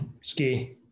ski